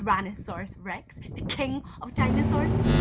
tyrannosaurus rex, the king of dinosaurs.